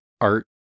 art